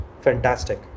fantastic